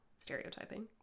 Stereotyping